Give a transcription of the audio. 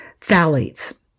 Phthalates